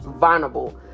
vulnerable